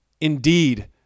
Indeed